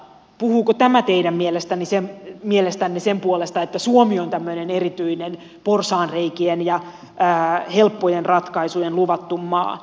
puhuuko tämä teidän mielestänne sen puolesta että suomi on tämmöinen erityinen porsaanreikien ja helppojen ratkaisujen luvattu maa